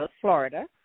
Florida